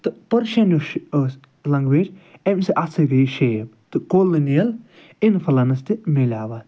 تہٕ پٕرشَن یُس چھِ ٲسۍ لَنٛگویج أمِس اَتھ سۭتۍ گٕے یہِ شیپ تہٕ کولِنِیل اِنٛفُلَنٕس تہِ ملیو اَتھ